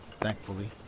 thankfully